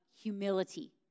humility